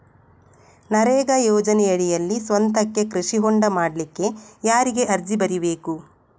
ನರೇಗಾ ಯೋಜನೆಯಡಿಯಲ್ಲಿ ಸ್ವಂತಕ್ಕೆ ಕೃಷಿ ಹೊಂಡ ಮಾಡ್ಲಿಕ್ಕೆ ಯಾರಿಗೆ ಅರ್ಜಿ ಬರಿಬೇಕು?